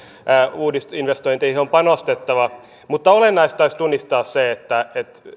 uudisinvestointeihin on panostettava mutta olennaista olisi tunnistaa se että